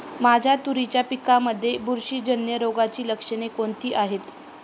माझ्या तुरीच्या पिकामध्ये बुरशीजन्य रोगाची लक्षणे कोणती आहेत?